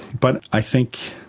but i think